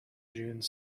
june